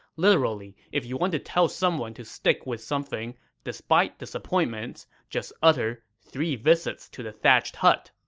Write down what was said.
literally, if you want to tell someone to stick with something despite disappointments, just utter three visits to the thatched hut.